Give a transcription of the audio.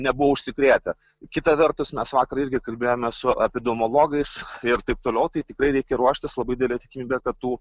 nebuvo užsikrėtę kita vertus mes vakar irgi kalbėjomės su epidemiologais ir taip toliau tai tikrai reikia ruoštis labai didelė tikimybė kad tų